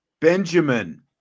Benjamin